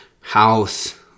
house